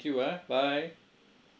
you ah bye